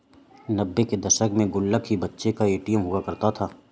नब्बे के दशक में गुल्लक ही बच्चों का ए.टी.एम हुआ करता था